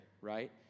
right